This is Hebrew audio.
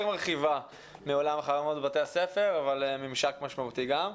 מרחיבה מעולם החרמות בבתי הספר אבל גם זה ממשק משמעותי.